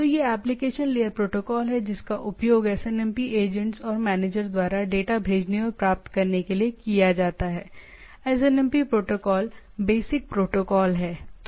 तो यह एक एप्लीकेशन लेयर प्रोटोकॉल है जिसका उपयोग एसएनएमपी एजेंट्स और मैनेजर द्वारा डेटा भेजने और प्राप्त करने के लिए किया जाता है एसएनएमपी प्रोटोकॉल बेसिक प्रोटोकॉल है